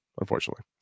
unfortunately